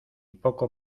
poco